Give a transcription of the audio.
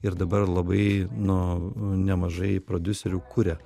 ir dabar labai nu nemažai prodiuserių kuria